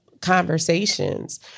conversations